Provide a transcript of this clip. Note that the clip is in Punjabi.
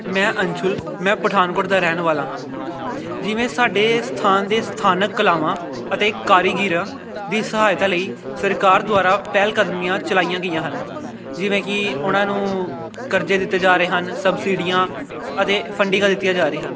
ਮੈਂ ਅੰਸ਼ੁਲ ਮੈਂ ਪਠਾਨਕੋਟ ਦਾ ਰਹਿਣ ਵਾਲਾ ਹਾਂ ਜਿਵੇਂ ਸਾਡੇ ਸਥਾਨ ਦੇ ਸਥਾਨਕ ਕਲਾਵਾਂ ਅਤੇ ਕਾਰੀਗੀਰਾਂ ਦੀ ਸਹਾਇਤਾ ਲਈ ਸਰਕਾਰ ਦੁਆਰਾ ਪਹਿਲ ਕਦਮੀਆਂ ਚਲਾਈਆਂ ਗਈਆਂ ਹਨ ਜਿਵੇਂ ਕਿ ਉਹਨਾਂ ਨੂੰ ਕਰਜੇ ਦਿੱਤੇ ਜਾ ਰਹੇ ਹਨ ਸਬਸਿਡੀਆਂ ਅਤੇ ਫੰਡੀਗਾਂ ਦਿੱਤੀਆਂ ਜਾ ਰਹੀਆਂ ਹਨ